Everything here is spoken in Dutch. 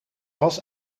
was